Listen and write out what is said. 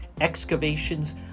excavations